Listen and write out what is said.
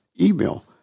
email